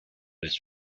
his